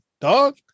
Dog